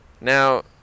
Now